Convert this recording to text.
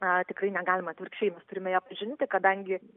na tikrai negalima atvirkščiai mes turime ją pažinti kadangi